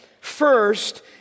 first